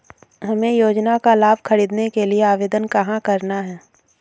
हमें योजना का लाभ ख़रीदने के लिए आवेदन कहाँ करना है?